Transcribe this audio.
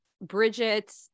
Bridget